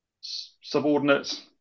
subordinates